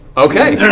okay.